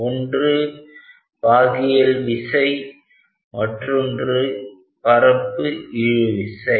ஒன்று பாகியல் விசை மற்றொன்று பரப்பு இழு விசை